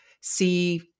see